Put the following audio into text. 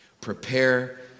Prepare